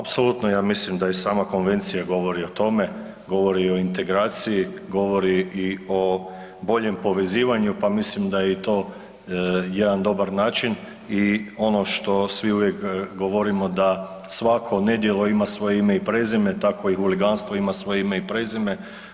Apsolutno, ja mislim da i sama konvencija govori o tome, govori o integraciji, govori i o boljem povezivanju, pa mislim da je i to jedan dobar način i ono što svi uvijek govorimo da svako nedjelo ima svoje ime i prezime, tako i huliganstvo ima svoje ime i prezime.